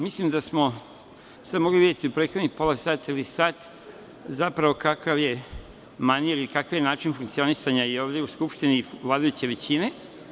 Mislim da ste mogli videti u prethodnih pola sata ili sat zapravo kakav je manir i kakav je način funkcionisanja i ovde u Skupštini vladajuće većine.